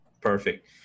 Perfect